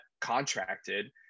contracted